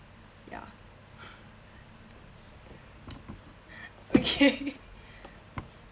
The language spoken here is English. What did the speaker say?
ya okay